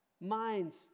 minds